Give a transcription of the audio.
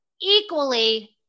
equally